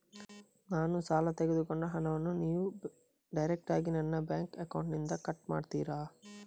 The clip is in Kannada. ನಾನು ಸಾಲ ತೆಗೆದುಕೊಂಡ ಹಣವನ್ನು ನೀವು ಡೈರೆಕ್ಟಾಗಿ ನನ್ನ ಬ್ಯಾಂಕ್ ಅಕೌಂಟ್ ಇಂದ ಕಟ್ ಮಾಡ್ತೀರಾ?